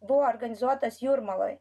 buvo organizuotas jūrmaloj